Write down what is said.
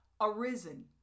arisen